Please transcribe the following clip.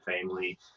family